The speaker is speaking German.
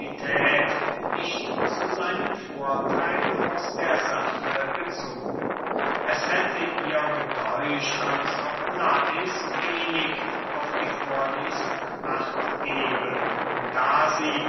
nicht zu seinem vortheil aus der sache gezogen es hätte ihr gedäucht als ob lais wenig auf die vorlesung acht gebe und da sie